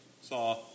saw